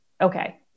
Okay